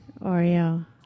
Oreo